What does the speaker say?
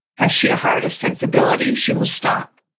has she a heart of sensibility, she will stop,